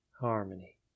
harmony